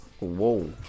Whoa